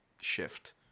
shift